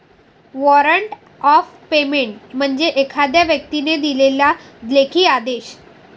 warrant of payment म्हणजे एखाद्या व्यक्तीने दिलेला लेखी आदेश